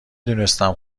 دونستم